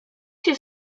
się